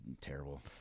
terrible